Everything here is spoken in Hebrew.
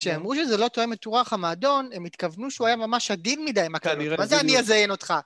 כשאמרו לי זה לא תואם את רוח המועדון, הם התכוונו שהוא היה ממש עדין מדי עם הקללות, מה זה אני אזיין אותך?